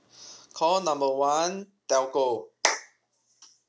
call number one telco